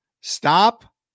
Stop